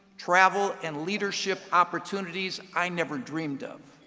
travel, and leadership opportunities i never dreamed of,